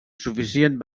suficient